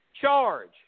charge